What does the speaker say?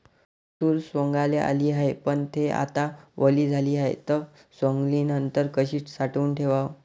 तूर सवंगाले आली हाये, पन थे आता वली झाली हाये, त सवंगनीनंतर कशी साठवून ठेवाव?